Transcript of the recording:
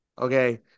Okay